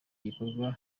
gikorwa